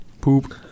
Poop